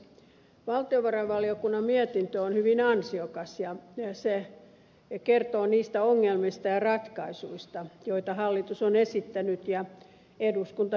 valtiovarainvaliokunnan mietintö on hyvin ansiokas ja se kertoo niistä ongelmista ja ratkaisuista joita hallitus on esittänyt ja eduskunta hyväksynyt